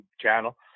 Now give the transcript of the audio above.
channel